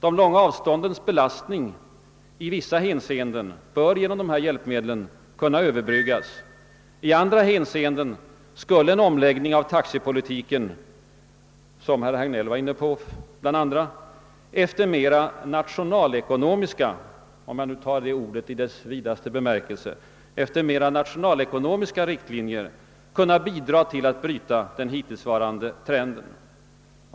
De långa avståndens belastning börjar i vissa hänseenden genom dessa hjälpmedel kunna överbryggas; i andra hänseenden skulle en omläggning av taxepolitiken, som bl.a. herr Hagnell var inne på, efter mer nationalekonomiska — och nu tar jag det ordet i dess vidaste bemärkelse — riktlinjer kunna bidra till att bryta den hittillsvarande trenden.